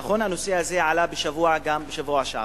נכון, הנושא הזה עלה גם בשבוע שעבר.